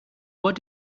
what